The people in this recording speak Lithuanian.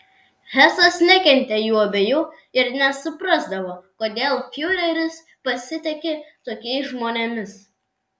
hesas nekentė jų abiejų ir nesuprasdavo kodėl fiureris pasitiki tokiais žmonėmis